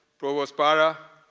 provost para,